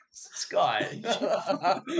sky